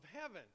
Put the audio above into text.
heaven